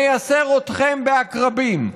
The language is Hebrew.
נייסר אתכם בעקרבים.